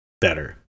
better